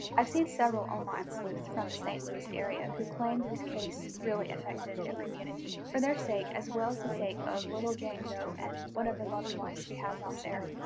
i've seen several online sleuths from the st. louis area who claimed this case really affected the community. for their sake, as well as the sake of little jane doe and whatever loved ones she has out there,